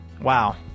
Wow